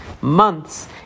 months